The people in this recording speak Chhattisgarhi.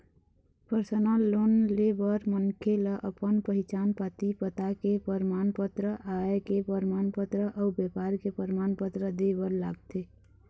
परसनल लोन ले बर मनखे ल अपन पहिचान पाती, पता के परमान पत्र, आय के परमान पत्र अउ बेपार के परमान पत्र दे बर लागथे